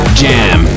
jam